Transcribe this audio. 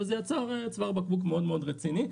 וזה יצר צוואר בקבוק מאוד רציני.